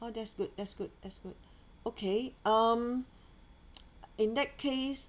oh that's good that's good that's good okay um in that case